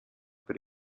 per